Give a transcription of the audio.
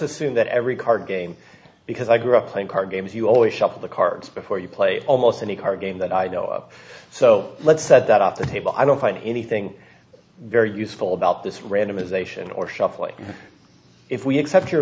assume that every card game because i grew up playing card games you always shuffle the cards before you play almost any card game that i know of so let's set that off the table i don't find anything very useful about this randomization or shuffle if we accept your